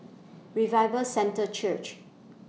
Revival Centre Church